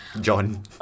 John